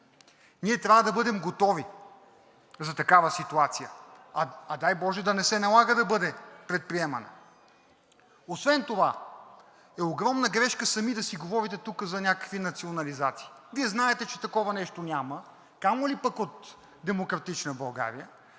Ние трябва да бъдем готови за такава ситуация, а дай боже, да не се налага да бъде предприемана. Освен това е огромна грешка сами да си говорите тук за някакви национализации. Вие знаете, че такова нещо няма, камо ли пък от „Демократична България“,